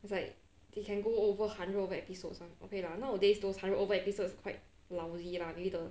it's like they can go over hundred episodes [one] okay lah nowadays those hundred over episodes quite lousy lah maybe the